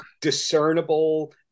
discernible